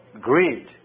greed